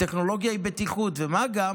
טכנולוגיה היא בטיחות, מה גם